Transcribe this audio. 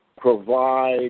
provide